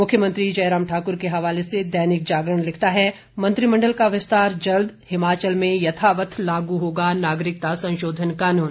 मुख्यमंत्री जयराम ठाकुर के हवाले से दैनिक जागरण लिखता है मंत्रिमंडल का विस्तार जल्द हिमाचल में यथावत लागू होगा नागरिकता संशोधन कानून